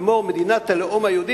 לאמור מדינת הלאום היהודית,